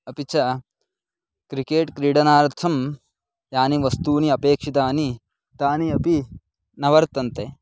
अपि च क्रिकेट् क्रीडनार्थं यानि वस्तूनि अपेक्षितानि तानि अपि न वर्तन्ते